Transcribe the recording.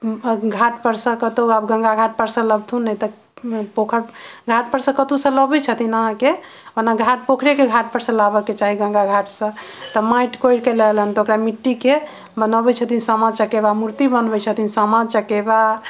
घाट पर से कतौ आब गंगा घाट सॅं लबथुन नहि तऽ पोखरि पर घाट पर से कतौ सऽ लबै छथिन अहाँके एना घाट पोखरे के घाट पर से लबै के चाही गंगा घाट से तऽ माटि कोरि के लेलनि तऽ ओकरा मिट्टी के बनाबै छथिन सामा चकेबा मूर्ति बनबै छथिन सामा चकेबा